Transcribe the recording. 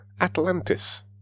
Atlantis